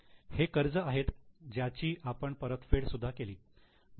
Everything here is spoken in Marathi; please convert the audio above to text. हे कर्ज आहेत ज्याची आपण परतफेड सुद्धा केली